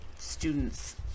students